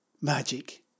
Magic